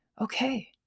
Okay